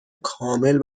کامل